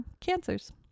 cancers